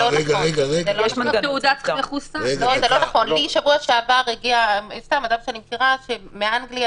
בשבוע שעבר הגיע אליי אדם שאני מכירה מאנגליה